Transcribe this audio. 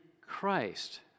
Christ